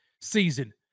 season